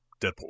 Deadpool